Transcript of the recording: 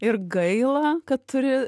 ir gaila kad turi